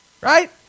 Right